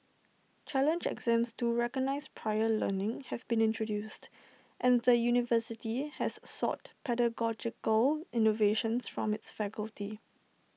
challenge exams to recognise prior learning have been introduced and the university has sought pedagogical innovations from its faculty